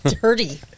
Dirty